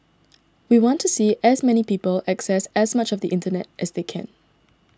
we want to see as many people access as much of the internet as they can